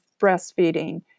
breastfeeding